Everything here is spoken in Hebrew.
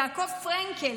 יעקב פרנקל,